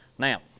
Now